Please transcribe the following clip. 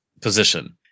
position